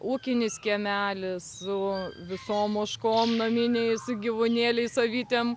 ūkinis kiemelis su visom ožkom naminiais gyvūnėliais avytėm